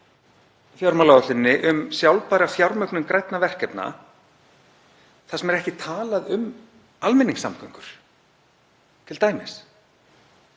fjármálaáætluninni um sjálfbæra fjármögnun grænna verkefna þar sem er ekkert talað um almenningssamgöngur t.d.,